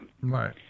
Right